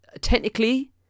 technically